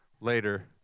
later